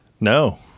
No